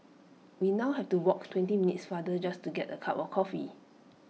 we now have to walk twenty minutes farther just to get A cup of coffee